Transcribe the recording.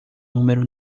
número